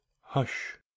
hush